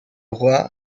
roi